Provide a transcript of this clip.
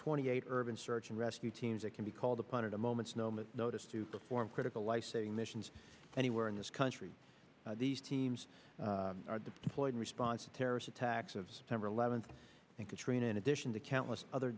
twenty eight urban search and rescue teams that can be called upon at a moments moment notice to perform critical lifesaving missions anywhere in this country these teams are deployed in response to terrorist attacks of september eleventh and katrina in addition to countless other